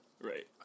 Right